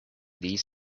these